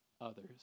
others